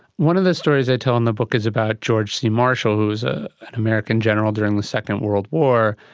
one of the stories i tell in the book is about george c marshall who was ah an american general during the second world war,